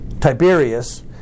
Tiberius